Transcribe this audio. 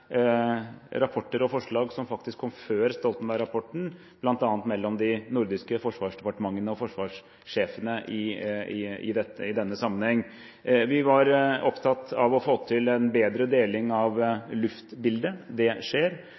rapporter og forslag som faktisk kom før Stoltenberg-rapporten, bl.a. mellom de nordiske forsvarsdepartementene og forsvarssjefene i denne sammenheng. Vi var opptatt av å få til en bedre deling av luftbildet. Det skjer.